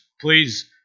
Please